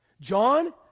John